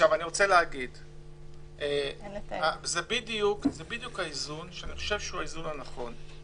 זה בדיוק האיזון הנכון.